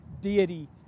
deity